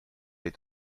est